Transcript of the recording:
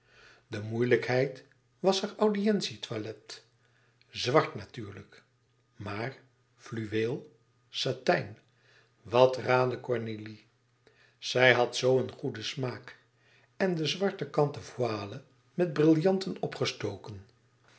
de moeilijkheid was haar audientie toilet zwart natuurlijk maar fluweel satijn wat raadde cornélie zij had zoo een goeden smaak en de zwarte kanten voile met brillanten opgestoken